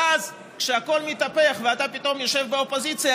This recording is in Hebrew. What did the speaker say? ואז כשהכול מתהפך ואתה פתאום יושב באופוזיציה,